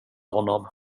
honom